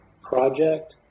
Project